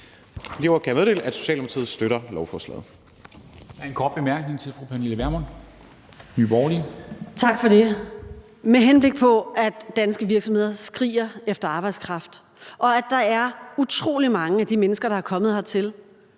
det. I lyset af at danske virksomheder skriger efter arbejdskraft og at der er utrolig mange af de mennesker, der er kommet hertil